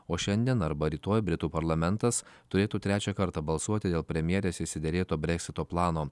o šiandien arba rytoj britų parlamentas turėtų trečią kartą balsuoti dėl premjerės išsiderėto breksito plano